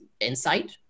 insight